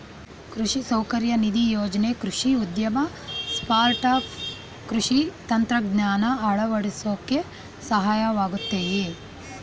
ಕೃಷಿ ಸೌಕರ್ಯ ನಿಧಿ ಯೋಜ್ನೆ ಕೃಷಿ ಉದ್ಯಮ ಸ್ಟಾರ್ಟ್ಆಪ್ ಕೃಷಿ ತಂತ್ರಜ್ಞಾನ ಅಳವಡ್ಸೋಕೆ ಸಹಾಯವಾಗಯ್ತೆ